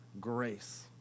grace